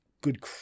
good